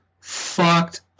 fucked